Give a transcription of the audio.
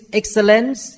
excellence